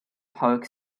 park